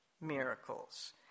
miracles